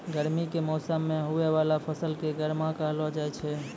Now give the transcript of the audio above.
गर्मी के मौसम मे हुवै वाला फसल के गर्मा कहलौ जाय छै